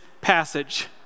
passage